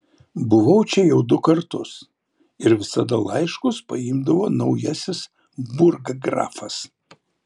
buvau čia jau du kartus ir visada laiškus paimdavo naujasis burggrafas